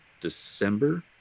December